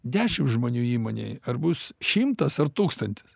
dešim žmonių įmonėj ar bus šimtas ar tūkstantis